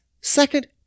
second